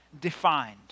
defined